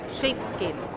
Sheepskin